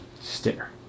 stare